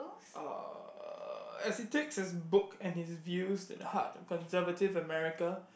uh as he takes his book and his views at the heart of conservative America